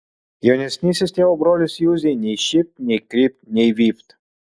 jaunesnysis tėvo brolis juzei nei šypt nei krypt nei vypt